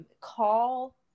call